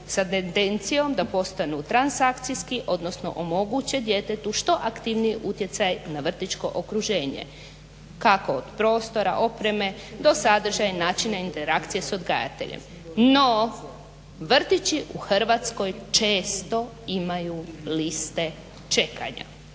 sa tendencijom da postanu transakcijski, odnosno omoguće djetetu što aktivniji utjecaj na vrtićko okruženje kako od prostora, opreme do sadržaja i načina interakcije s odgajateljem. No, vrtići u Hrvatskoj često imaju liste čekanja.